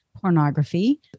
pornography